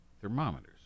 thermometers